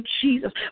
Jesus